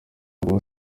uncle